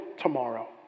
tomorrow